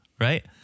right